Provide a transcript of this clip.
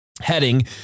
heading